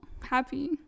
happy